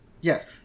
Yes